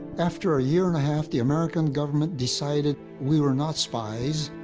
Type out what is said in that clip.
after a year and a half, the american government decided we were not spies,